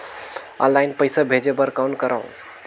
Online पईसा भेजे बर कौन करव?